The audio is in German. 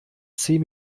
zehn